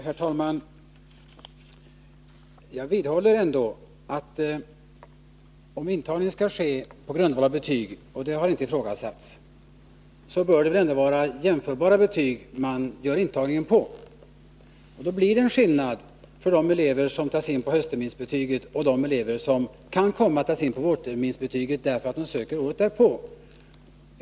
Herr talman! Jag vidhåller ändå att om intagningen skall ske på grundval av betygen — och det har inte ifrågasatts — bör den väl ändå grundas på jämförbara betyg. Det blir en skillnad mellan de elever som tas in på höstterminsbetyget och de elever som kan komma att tas in på vårterminsbetyget därför att de söker året därpå.